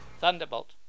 Thunderbolt